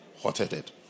hot-headed